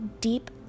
deep